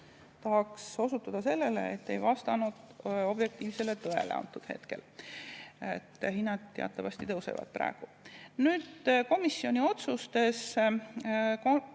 Tahaks osutada sellele, et see ei vastanud objektiivsele tõele sellel hetkel, sest hinnad teatavasti tõusevad praegu. Nüüd komisjoni otsustest.